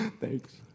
Thanks